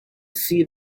see